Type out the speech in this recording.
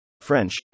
French